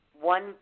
one